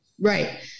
right